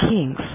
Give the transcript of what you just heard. Kings